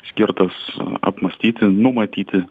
skirtas apmąstyti numatyti